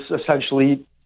essentially